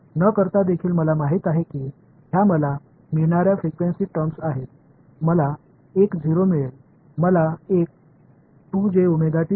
எனவே இந்த வெளிப்பாடுகள் அனைத்தையும் திறக்காமல் கூட இவை எனக்கு கிடைக்கும் அதிர்வெண் சொற்கள் என்று எனக்குத் தெரியும்